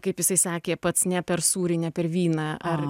kaip jisai sakė pats ne per sūrį ne per vyną ar